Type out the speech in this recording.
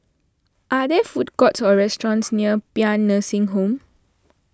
are there food courts or restaurants near Paean Nursing Home